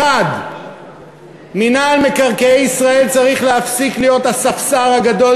1. מינהל מקרקעי ישראל צריך להפסיק להיות הספסר הגדול